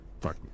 Fuck